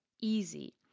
easy